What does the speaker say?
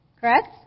correct